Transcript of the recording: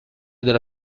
della